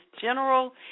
General